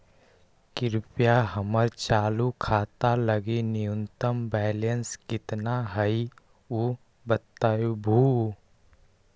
कृपया हमर चालू खाता लगी न्यूनतम बैलेंस कितना हई ऊ बतावहुं